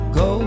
go